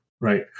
right